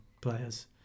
players